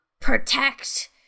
protect